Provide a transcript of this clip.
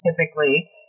typically